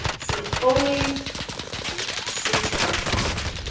so only six electrons